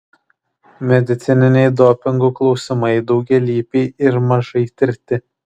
medicininiai dopingų klausimai daugialypiai ir mažai tirti